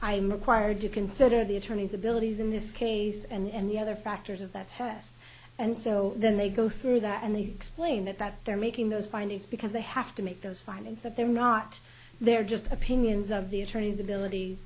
says i'm required to consider the attorney's abilities in this case and the other factors of that test and so then they go through that and they explain that that they're making those findings because they have to make those findings that they're not they're just opinions of the attorneys ability